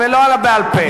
ולא על ה"בעל-פה".